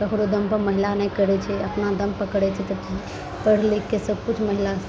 ककरो दमपर महिला नहि करय छै अपना दमपर करय छै तऽ पढ़ि लिखिके सबकिछु महिला